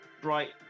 bright